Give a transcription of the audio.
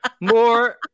more